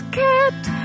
kept